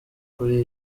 kuri